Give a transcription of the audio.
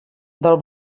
del